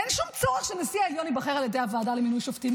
אין שום צורך שנשיא העליון ייבחר על ידי הוועדה למינוי שופטים,